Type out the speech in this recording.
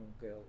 girl